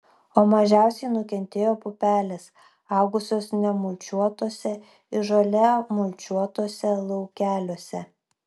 o mažiausiai nukentėjo pupelės augusios nemulčiuotuose ir žole mulčiuotuose laukeliuose